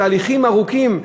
תהליכים ארוכים,